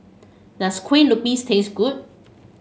does Kue Lupis taste good